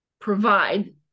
provide